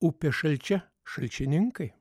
upė šalčia šalčininkai